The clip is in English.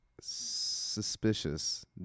suspicious